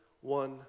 one